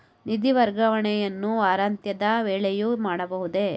ನಿಧಿ ವರ್ಗಾವಣೆಯನ್ನು ವಾರಾಂತ್ಯದ ವೇಳೆಯೂ ಮಾಡಬಹುದೇ?